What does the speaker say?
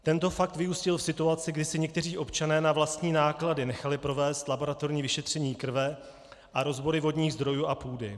Tento fakt vyústil v situaci, kdy si někteří občané na vlastní náklady nechali provést laboratorní vyšetření krve a rozbory vodních zdrojů a půdy.